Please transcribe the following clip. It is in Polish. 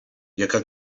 jaka